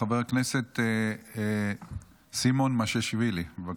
חבר הכנסת סימון מושיאשוילי, בבקשה.